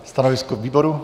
Stanovisko výboru?